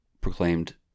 proclaimed